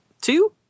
two